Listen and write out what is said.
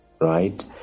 right